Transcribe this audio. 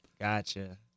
Gotcha